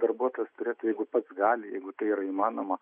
darbuotojas turėtų jeigu pats gali jeigu tai yra įmanoma